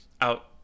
out